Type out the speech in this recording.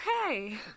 okay